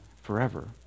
forever